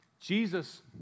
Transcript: Jesus